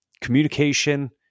Communication